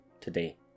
today